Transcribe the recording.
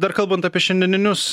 dar kalbant apie šiandieninius